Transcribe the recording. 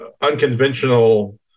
unconventional